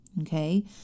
okay